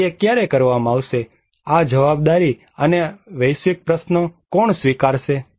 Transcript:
અને તે ક્યારે કરવામાં આવશે આ જવાબદારી અને અને વૈશ્વિક પ્રશ્નો કોણ સ્વીકારશે